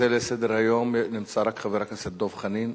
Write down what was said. לסדר-היום נמצא רק חבר הכנסת דב חנין.